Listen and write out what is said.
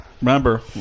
remember